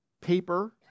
paper